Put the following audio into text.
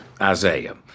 Isaiah